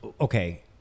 Okay